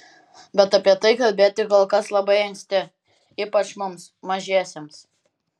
bet apie tai kalbėti kol kas labai anksti ypač mums mažiesiems